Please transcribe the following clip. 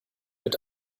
mit